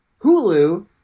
Hulu